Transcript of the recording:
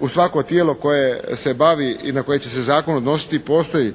u svako tijelo koje se bavi i na koje će zakon odnosi postoji